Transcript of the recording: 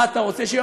מה אתה רוצה שיהיה,